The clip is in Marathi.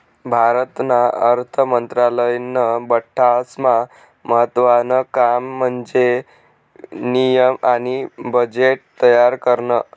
भारतना अर्थ मंत्रालयानं बठ्ठास्मा महत्त्वानं काम म्हन्जे नियम आणि बजेट तयार करनं